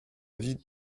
avis